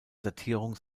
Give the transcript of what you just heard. datierung